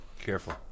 Careful